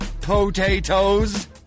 Potatoes